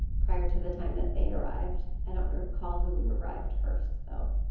prior to the time that they arrived. i don't recall who arrived first, though.